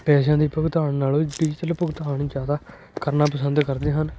ਪੈਸਿਆਂ ਦੇ ਭੁਗਤਾਨ ਨਾਲੋਂ ਡਿਜ਼ੀਟਲ ਭੁਗਤਾਨ ਜ਼ਿਆਦਾ ਕਰਨਾ ਪਸੰਦ ਕਰਦੇ ਹਨ